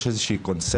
יש איזו קונספציה,